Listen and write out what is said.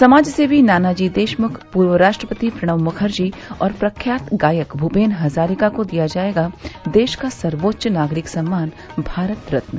समाजसेवी नानाजी देशमुख पूर्व राष्ट्रपति प्रणव मुखर्जी और प्रख्यात गायक भूपेन हजारिका को दिया जायेगा देश का सर्वोच्च नागरिक सम्मान भारत रत्न